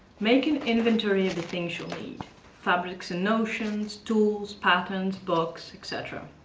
make an inventory of the things you'll need fabrics and notions, tools, patterns, books, etc.